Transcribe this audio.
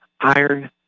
Iron